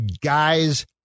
guys